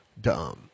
dumb